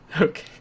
Okay